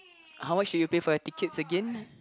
how much did you pay for your tickets again